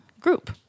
group